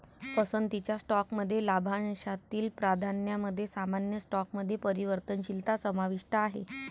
पसंतीच्या स्टॉकमध्ये लाभांशातील प्राधान्यामध्ये सामान्य स्टॉकमध्ये परिवर्तनशीलता समाविष्ट आहे